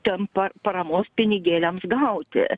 ten pa paramos pinigėliams gauti